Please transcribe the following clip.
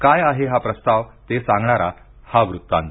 काय आहे हा प्रस्ताव ते सांगणारा हा वृत्तांत